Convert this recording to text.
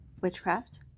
witchcraft